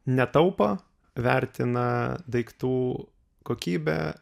netaupo vertina daiktų kokybę